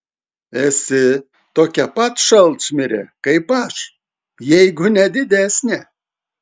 esi tokia pat šalčmirė kaip aš jeigu ne didesnė